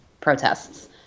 protests